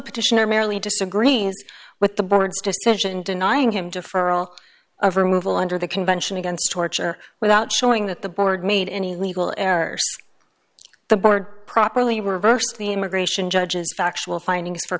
petitioner merely disagree with the board's decision denying him deferral of remove all under the convention against torture without showing that the board made any legal errors the board properly reversed the immigration judges factual findings for